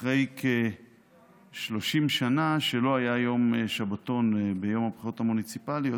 אחרי כ-30 שנה שלא היה יום שבתון ביום הבחירות המוניציפליות,